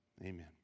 amen